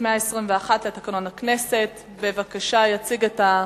הפלילי, לבקשתך.